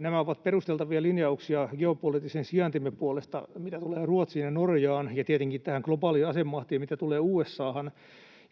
Nämä ovat perusteltavia linjauksia geopoliittisen sijaintimme puolesta, mitä tulee Ruotsiin ja Norjaan, ja tietenkin tämän globaalin asemahdin puolesta, mitä tulee USA:han.